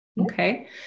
Okay